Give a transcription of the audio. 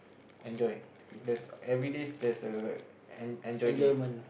enjoy there's everyday there's a en~ enjoy day